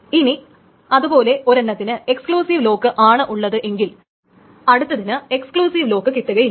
ഇനി അതുപോലെ ഒരെണ്ണത്തിന് എക്സ്ക്ലൂസീവ് ലോക്ക് ആണ് ഉള്ളത് എങ്കിൽ അടുത്തതിന് എക്സ്ക്ലൂസീവ് ലോക്ക് കിട്ടുകയില്ല